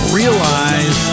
realize